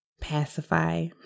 pacify